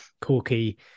Corky